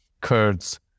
Kurds